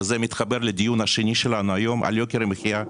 וזה מתחבר לדיון השני שלנו היום על יוקר המחיה,